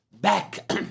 back